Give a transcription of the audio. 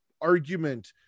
argument